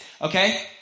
Okay